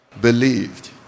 believed